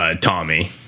Tommy